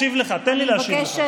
חבר הכנסת אלי אבידר,